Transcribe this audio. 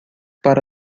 para